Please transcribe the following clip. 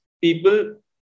people